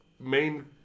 main